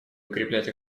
укреплять